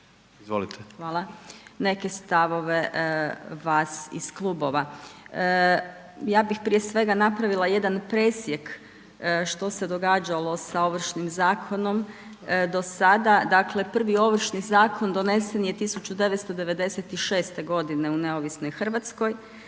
(HDZ)** Hvala. Neke stavove vas iz klubova. Ja bih prije svega napravila jedan presjek što se događalo sa Ovršnim zakonom do sada, dakle prvi Ovršni zakon donesen je 1996. godine u neovisnoj Hrvatskoj,